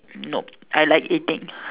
nope I like eating